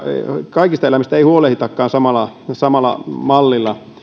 kaikista eläimistä ei huolehditakaan samalla samalla mallilla